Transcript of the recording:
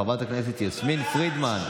חברת הכנסת יסמין פרידמן.